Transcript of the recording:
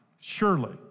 surely